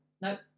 Nope